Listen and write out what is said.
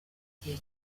gihe